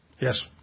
Yes